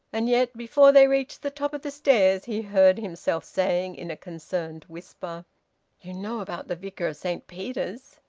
and yet, before they reached the top of the stairs, he heard himself saying in a concerned whisper you know about the vicar of saint peter's?